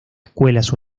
escuelas